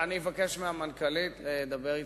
אני אבקש מהמנכ"לית לדבר אתך.